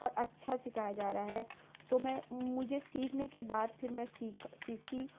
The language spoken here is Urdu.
اور اچھا سکھایا جا رہا ہے تو میں مجھے سیکھنے کے بعد پھر میں سیکھ سیکھی